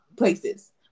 places